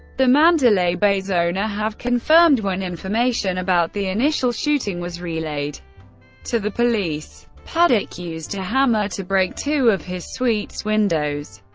the mandalay bay's owner, have confirmed when information about the initial shooting was relayed to the police. paddock used a hammer to break two of his suite's windows.